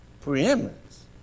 preeminence